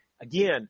Again